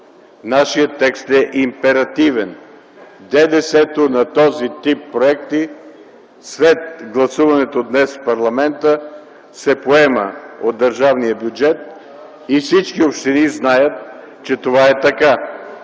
Нашият текст е императивен – ДДС-то на този тип проекти, след гласуването днес в парламента, се поема от държавния бюджет и всички общини знаят, че това е така.